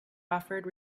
offered